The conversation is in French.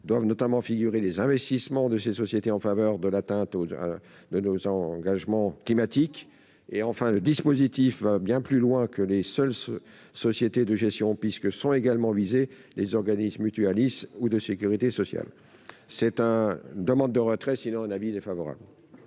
Doivent notamment y figurer les investissements de ces sociétés qui contribuent à l'atteinte de nos engagements climatiques. Par ailleurs, le dispositif va bien plus loin que les seules sociétés de gestion puisque sont également visés les organismes mutualistes ou de sécurité sociale. Demande de retrait, sinon avis défavorable.